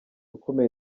ukomeye